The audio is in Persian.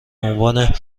عنوان